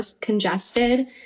congested